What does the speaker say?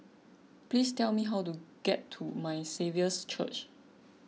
please tell me how to get to My Saviour's Church